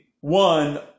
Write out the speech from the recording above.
one